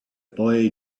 boy